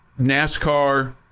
NASCAR